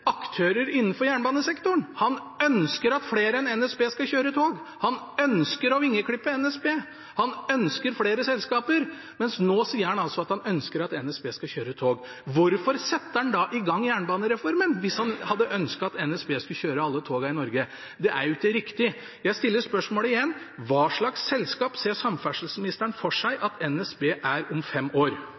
aktører innenfor jernbanesektoren? Han ønsker at flere enn NSB skal kjøre tog. Han ønsker å vingeklippe NSB. Han ønsker flere selskaper. Men nå sier han altså at han ønsker at NSB skal kjøre tog. Hvorfor setter han i gang jernbanereformen hvis han hadde ønsket at NSB skulle kjøre alle togene i Norge? Det er jo ikke riktig. Jeg stiller spørsmålet igjen: Hva slags selskap ser samferdselsministeren for seg at NSB er om fem år?